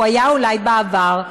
הוא היה אולי בעבר.